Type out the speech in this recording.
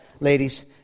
ladies